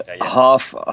half